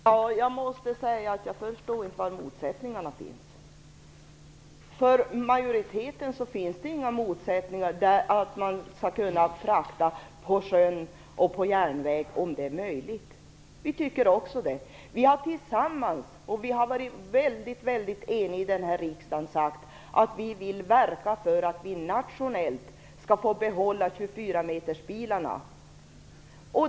Fru talman! Jag måste säga att jag inte förstår var motsättningarna finns. För majoriteten finns det inga motsättningar. Man skall frakta på sjö och järnväg när det är möjligt, har också vi tyckt. Vi har tillsammans - och vi har varit helt eniga i denna riksdag - sagt att vi skall verka för att vi nationellt skall få behålla 24 metersbilarna.